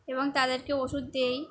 এবং তাদেরকে ওষুধ দিই